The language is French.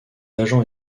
agents